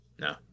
No